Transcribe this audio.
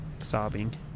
sobbing